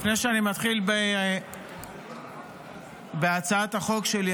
לפני שאני מתחיל בהצעת החוק שלי,